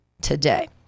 today